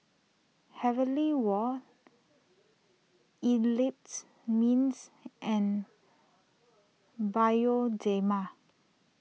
Heavenly Wang Eclipse Mints and Bioderma